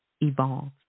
evolved